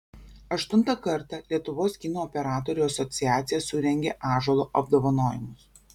aštuntą kartą lietuvos kino operatorių asociacija surengė ąžuolo apdovanojimus